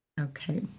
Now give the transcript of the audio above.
Okay